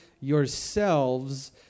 yourselves